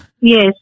Yes